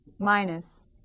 Minus